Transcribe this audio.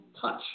touch